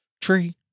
Tree